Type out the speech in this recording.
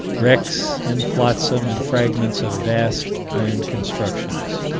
wrecks and flotsam and fragments of vast iron constructions